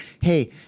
Hey